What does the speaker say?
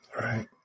Right